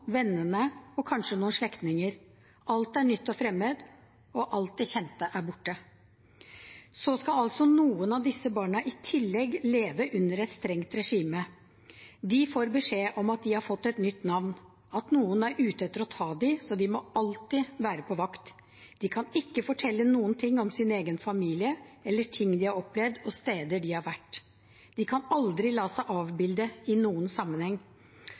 vennene og kanskje noen slektninger. Alt er nytt og fremmed, og alt det kjente er borte. Så skal altså noen av disse barna i tillegg leve under et strengt regime. De får beskjed om at de har fått et nytt navn, at noen er ute etter å ta dem så de må alltid være på vakt. De kan ikke fortelle noen ting om sin egen familie, ting de har opplevd, og steder de har vært. De kan aldri la seg avbilde i noen sammenheng.